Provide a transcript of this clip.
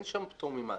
אין שם פטור ממס.